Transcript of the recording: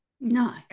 no